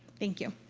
thank you.